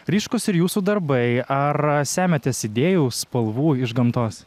ryškūs ir jūsų darbai ar semiatės idėjų spalvų iš gamtos